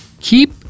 Keep